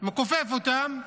הוא מכופף אותם,